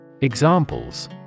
Examples